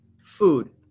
Food